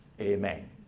Amen